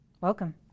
Welcome